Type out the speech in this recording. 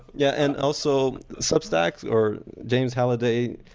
yeah and also, substack, or james halliday,